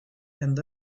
and